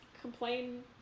complain